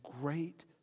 great